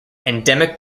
endemic